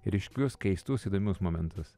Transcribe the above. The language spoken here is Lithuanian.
ryškius keistus įdomius momentus